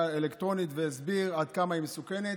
האלקטרונית והסביר עד כמה היא מסוכנת.